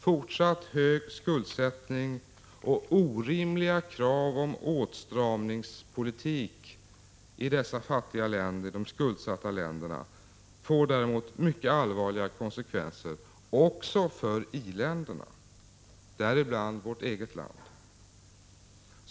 Fortsatt hög skuldsättning och orimliga krav på åtstramningspolitik i dessa fattiga skuldsatta länder får däremot mycket allvarliga konsekvenser också för i-länderna, däribland vårt eget land.